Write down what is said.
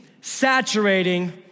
saturating